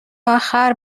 آخر